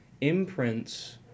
imprints